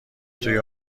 توی